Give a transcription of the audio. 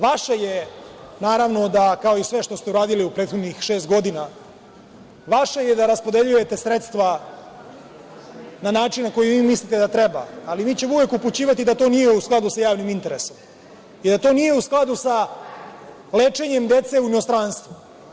Vaše je da, naravno, kao i sve što ste uradili u prethodnih šest godina, vaše je da raspodeljujete sredstva na način na koji vi mislite da treba, ali mi ćemo uvek upućivati da to nije u skladu sa javnim interesom i da to nije u skladu sa lečenjem dece u inostranstvu.